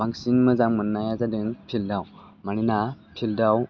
बांसिन मोजां मोन्नाया जादों फिल्डआव मानोना फिल्डआव